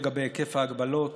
הן לגבי היקף ההגבלות